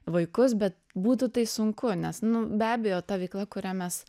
vaikus bet būtų tai sunku nes nu be abejo ta veikla kurią mes